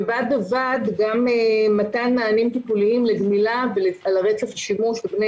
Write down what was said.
בד בבד מתן מענים טיפוליים לגמילה על רצף השימוש בבני